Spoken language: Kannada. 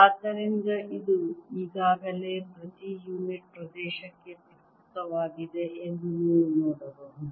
ಆದ್ದರಿಂದ ಇದು ಈಗಾಗಲೇ ಪ್ರತಿ ಯುನಿಟ್ ಪ್ರದೇಶಕ್ಕೆ ಪ್ರಸ್ತುತವಾಗಿದೆ ಎಂದು ನೀವು ನೋಡಬಹುದು